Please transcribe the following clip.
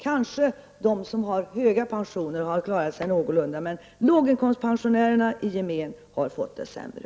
Kanske har de som har höga pensioner klarat sig någorlunda bra, men låginkomstpensionärerna i gemen har fått det sämre.